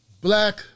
Black